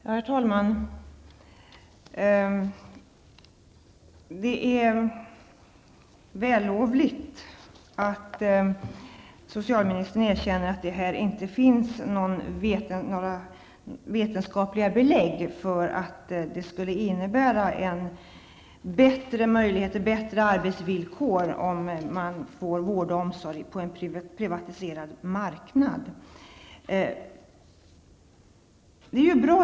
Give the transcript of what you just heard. Herr talman! Det är vällovligt att socialministern erkänner att det inte finns några vetenskapliga belägg för att det skulle innebära bättre möjligheter och bättre arbetsvillkor att bedriva vård och omsorg på en privatiserad marknad. Det är bra.